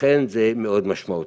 לכן זה מאוד משמעותי.